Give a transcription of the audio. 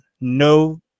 no